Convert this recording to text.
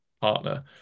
partner